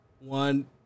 One